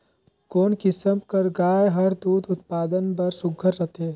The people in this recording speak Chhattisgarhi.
कोन किसम कर गाय हर दूध उत्पादन बर सुघ्घर रथे?